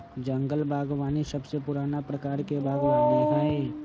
जंगल बागवानी सबसे पुराना प्रकार के बागवानी हई